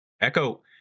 Echo